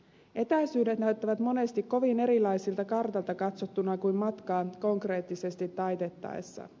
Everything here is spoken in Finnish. etäisyydet näyttävät monesti kovin erilaisilta kartalta katsottuna kuin matkaa konkreettisesti taitettaessa